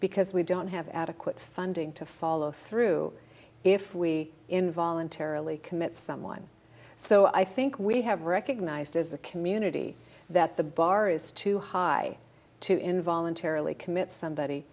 because we don't have adequate funding to follow through if we in voluntarily commit someone so i think we have recognized as a community that the bar is too high too in voluntarily commit somebody